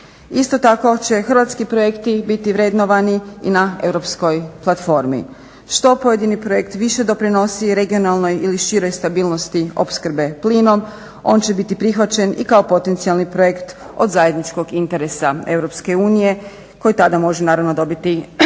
Isto tako će hrvatski projekti biti vrednovani i na europskoj platformi. Što pojedini projekt više doprinosi regionalnoj ili široj stabilnosti opskrbe plinom on će biti prihvaćen i kao potencijalni projekt od zajedničkog interesa EU koji tada može naravno dobiti